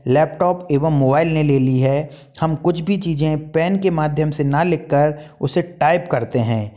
laptop एवं mobile ने ले ली है हम कुछ भी चीज़ें पेन के माध्यम से न लिखकर उसे टाइप करते हैं